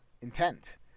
intent